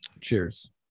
Cheers